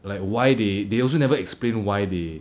like why they they also never explain why they